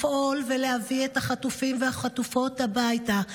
לפעול ולהביא את החטופים והחטופות הביתה,